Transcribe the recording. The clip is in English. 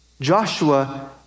Joshua